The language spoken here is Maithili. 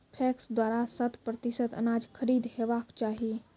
पैक्स द्वारा शत प्रतिसत अनाज खरीद हेवाक चाही?